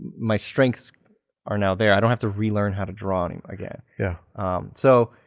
my strengths are now there. i don't have to relearn how to draw and again. yeah so,